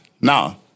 now